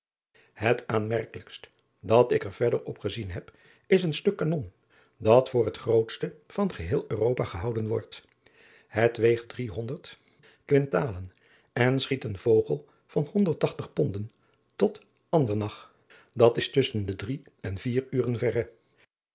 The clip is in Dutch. et aanmerkelijkst dat ik er verder op gezien heb is een stuk kanon dat voor het grootste van geheel uropa gehouden wordt et weegt driehonderd kwintalen en schiet een kogel van honderd tachtig ponden tot ndernach dat is tusschen de drie en vier uren verre